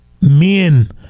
Men